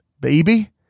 Baby